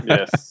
Yes